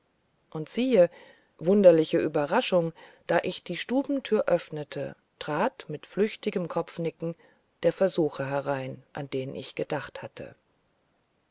und siehe wunderliche überraschung da ich die stubentür öffnete trat mit flüchtigem kopfnicken der versucher herein an den ich gedacht hatte